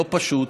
לא פשוט,